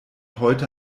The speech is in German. heute